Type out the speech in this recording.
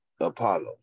Apollo